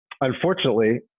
unfortunately